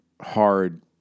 hard